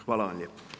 Hvala vam lijepo.